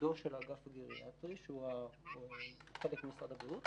תפקידו של אגף הגריאטרי, שהוא חלק ממשרד הבריאות.